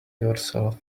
yourself